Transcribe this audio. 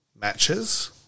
matches